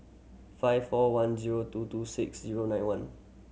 five four one zero two two six zero nine one